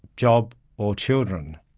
job or children.